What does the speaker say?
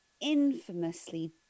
infamously